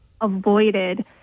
avoided